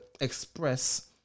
express